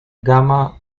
gamma